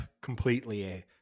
completely